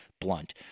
blunt